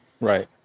Right